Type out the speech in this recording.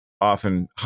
often